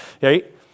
Right